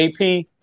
AP